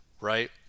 right